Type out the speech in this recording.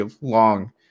long